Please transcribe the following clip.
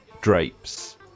drapes